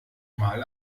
mal